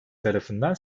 tarafından